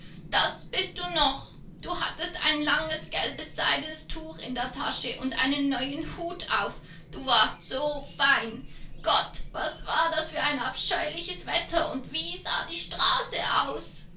das bist du noch du hattest ein langes gelbes seidenes tuch in der tasche und einen neuen hut auf du warst so fein gott was war das für ein abscheuliches wetter und wie sah die straße aus